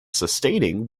sustaining